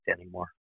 anymore